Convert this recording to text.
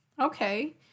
Okay